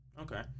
okay